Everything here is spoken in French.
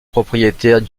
propriétaire